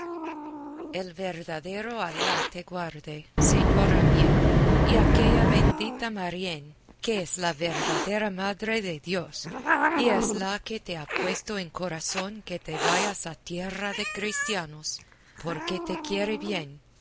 el verdadero alá te guarde señora mía y aquella bendita marién que es la verdadera madre de dios y es la que te ha puesto en corazón que te vayas a tierra de cristianos porque te quiere bien